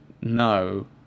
no